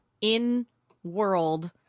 in-world